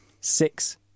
Six